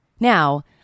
Now